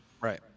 Right